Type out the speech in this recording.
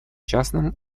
частным